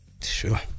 Sure